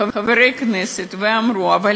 ודיברו.